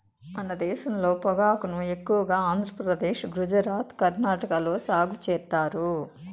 మన దేశంలో పొగాకును ఎక్కువగా ఆంధ్రప్రదేశ్, గుజరాత్, కర్ణాటక లో సాగు చేత్తారు